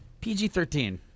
PG-13